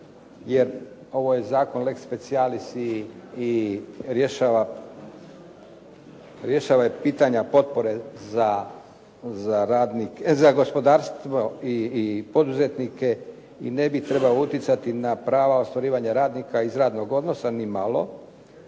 jer ovo je zakon lex specialis i rješava pitanja potpore za gospodarstvo i poduzetnike i ne bi trebao utjecati na prava ostvarivanja radnika iz radnog odnosa ni malo.